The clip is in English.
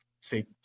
say